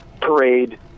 parade